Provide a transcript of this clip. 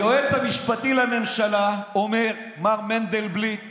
היועץ המשפטי לממשלה, מר מנדלבליט הצדיק,